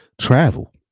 travel